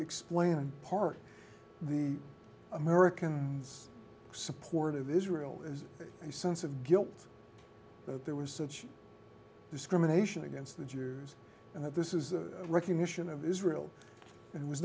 explain part the american support of israel is a sense of guilt that there were such discrimination against the jews and that this is a recognition of israel it was